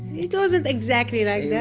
it wasn't exactly like that,